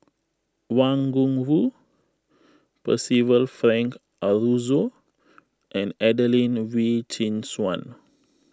Wang Gungwu Percival Frank Aroozoo and Adelene Wee Chin Suan